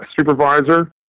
supervisor